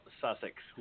Sussex